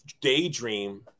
daydream